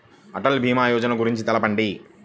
అటల్ భీమా యోజన గురించి తెలుపండి?